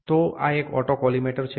તો આ એક ઓટોકોલીમેટર છે